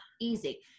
easy